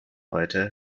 heute